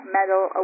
Medal